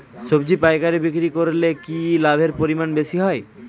সবজি পাইকারি বিক্রি করলে কি লাভের পরিমাণ বেশি হয়?